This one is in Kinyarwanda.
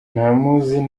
ntawuzi